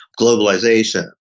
globalization